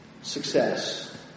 Success